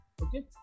Okay